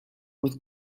with